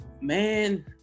man